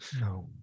No